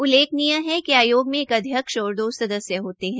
उल्लेखनीय है कि आयोग में एक अध्यक्ष और दो सदस्य होते हैं